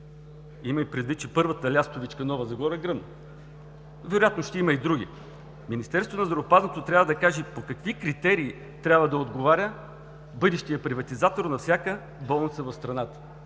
имам предвид, че първата лястовичка – Нова Загора, гръмна. Вероятно ще има и други. Министерството на здравеопазването трябва да каже на какви критерии трябва бъдещият приватизатор на всяка болница в страната,